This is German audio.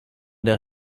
der